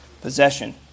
possession